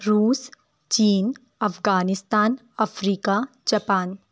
روس چین افغانستان افریقہ جاپان